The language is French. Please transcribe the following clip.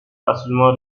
facilement